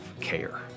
care